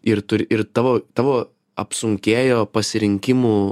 ir tu ir tavo tavo apsunkėjo pasirinkimų